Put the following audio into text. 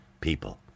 people